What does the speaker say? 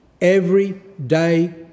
Everyday